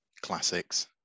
classics